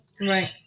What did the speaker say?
Right